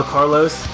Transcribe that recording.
Carlos